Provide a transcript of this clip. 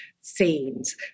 scenes